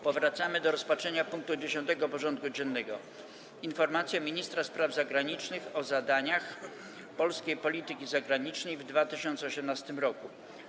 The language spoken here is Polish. Powracamy do rozpatrzenia punktu 10. porządku dziennego: Informacja ministra spraw zagranicznych o zadaniach polskiej polityki zagranicznej w 2018 roku.